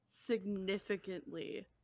significantly